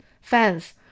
fans